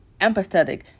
empathetic